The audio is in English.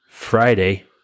Friday